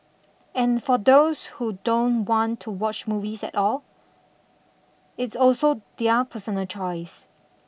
and for those who don't want to watch movies at all it's also their personal choice